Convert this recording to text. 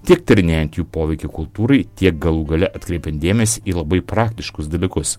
tiek tyrinėjant jų poveikį kultūrai tiek galų gale atkreipiant dėmesį į labai praktiškus dalykus